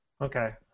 Okay